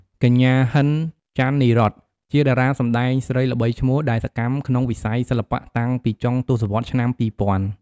កញ្ញា ហិន ចាន់នីរ័ត្ន ជាតារាសម្តែងស្រីល្បីឈ្មោះ ដែលសកម្មក្នុងវិស័យសិល្បៈតាំងពីចុងទសវត្សរ៍ឆ្នាំ ២០០០។